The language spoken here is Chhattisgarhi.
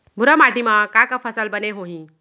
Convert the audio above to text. भूरा माटी मा का का फसल बने होही?